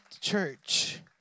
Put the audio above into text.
church